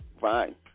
fine